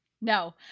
No